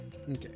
Okay